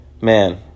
Man